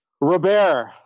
Robert